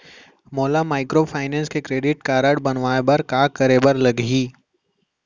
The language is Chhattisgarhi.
मोला माइक्रोफाइनेंस के क्रेडिट कारड बनवाए बर का करे बर लागही?